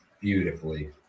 beautifully